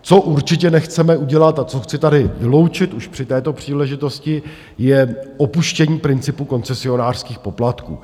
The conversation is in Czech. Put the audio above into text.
Co určitě nechceme udělat a co chci tady vyloučit už při této příležitosti, je opuštění principu koncesionářských poplatků.